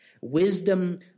wisdom